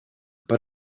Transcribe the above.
but